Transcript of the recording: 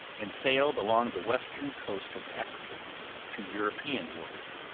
and sailed along the western coast of africa to european waters.